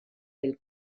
del